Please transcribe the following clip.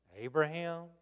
Abraham